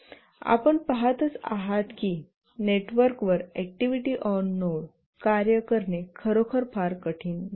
आपण पहातच आहात की नेटवर्कवर ऍक्टिव्हिटी ऑन नोड कार्य करणे खरोखर फार कठीण नाही